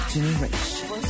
Generation